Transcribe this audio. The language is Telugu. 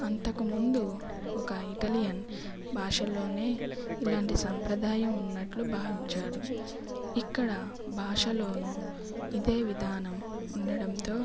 అంతకుముందు ఒక ఇటాలియన్ భాషల్లోనే ఇలాంటి సాంప్రదాయం ఉన్నట్లు భావించాడు ఇక్కడ భాషలోనూ ఇదే విధానం ఉండటంతో